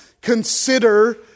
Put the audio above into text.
consider